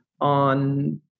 on